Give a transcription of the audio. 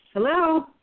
Hello